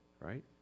right